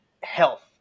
health